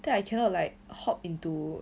then I cannot like hop into